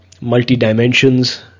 multi-dimensions